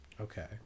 Okay